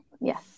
Yes